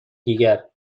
دیگر